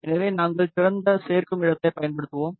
எனவே நாங்கள் திறந்த சேர்க்கும் இடத்தைப் பயன்படுத்துவோம்